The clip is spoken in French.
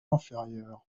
inférieurs